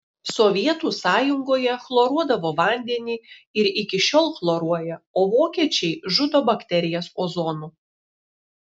sovietų sąjungoje chloruodavo vandenį ir iki šiol chloruoja o vokiečiai žudo bakterijas ozonu